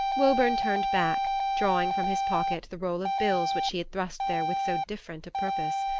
woburn turned back, drawing from his pocket the roll of bills which he had thrust there with so different a purpose.